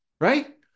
right